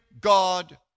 God